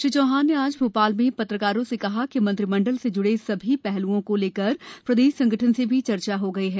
श्री चौहान ने आज भोपाल में पत्रकारो से कहा कि मंत्रिमंडल से जुड़े सभी पहलुओं को लेकर प्रदेश संगठन से भी चर्चा हो गयी है